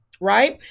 right